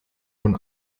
von